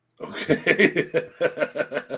Okay